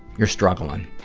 you're struggling,